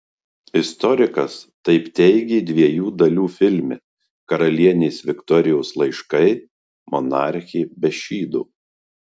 istorikas taip teigė dviejų dalių filme karalienės viktorijos laiškai monarchė be šydo